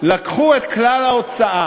לקחו את כלל ההוצאה,